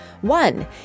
One